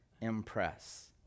impress